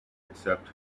except